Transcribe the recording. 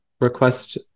request